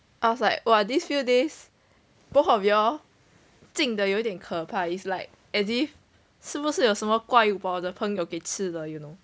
I was like !wah! this few days both of you all 静得有点可怕 is like as if 是不是有什么怪物把我的朋友给吃 you know